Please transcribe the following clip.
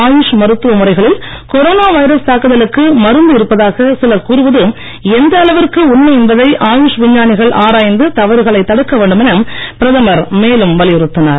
ஆயுஷ் மருத்துவ முறைகளில் corona virus தாக்குதலுக்கு மருந்து இருப்பதாக சிலர் கூறுவது எந்த அளவிற்கு உண்மை என்பதை ஆயுஷ் விஞ்ஞனிகள் ஆராய்ந்து தவறுகளைத் தடுக்க வேண்டும் என பிரதமர் மேலும் வலியுறுத்தினார்